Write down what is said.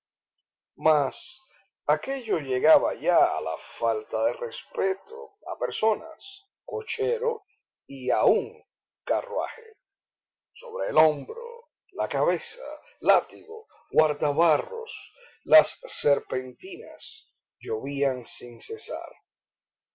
mas aquello llegaba ya a la falta de respeto a personas cochero y aún carruaje sobre el hombro la cabeza látigo guardabarros las serpentinas llovían sin cesar